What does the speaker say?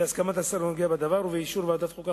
בהסכמת השר הנוגע בדבר ובאישור ועדת החוקה,